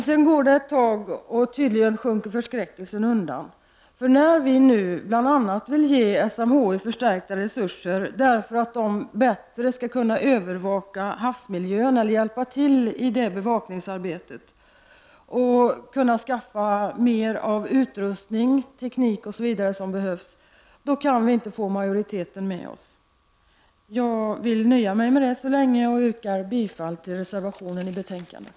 Sedan gick det en tid, och tydligen sjönk förskräckelsen undan. När vi nu bl.a. vill ge SMHI förstärkta resurser för att SMHI bättre skall kunna hjälpa till vid övervakningen av havsmiljön och kunna skaffa utrustning, teknik o.s.v. som behövs, kan vi inte få majoritet. Jag nöjer mig med detta så länge och yrkar bifall till reservationen i betänkandet.